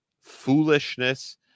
foolishness